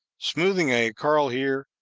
smoothing a curl here,